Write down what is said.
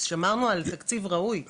שמרנו על תקציב ראוי ששה מיליון.